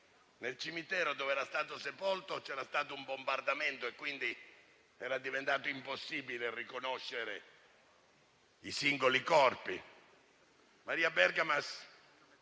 nel cimitero dove era stato sepolto, c'era stato un bombardamento, quindi era diventato impossibile riconoscere i singoli corpi. Maria Bergamas